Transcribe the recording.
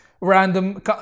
Random